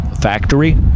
Factory